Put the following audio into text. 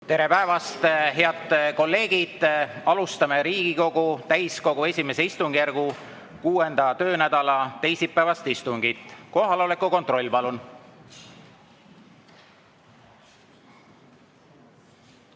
Tere päevast, head kolleegid! Alustame Riigikogu täiskogu I istungjärgu 6. töönädala teisipäevast istungit. Kohaloleku kontroll, palun!